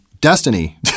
destiny